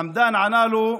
חמדאן ענה לו: